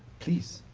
please.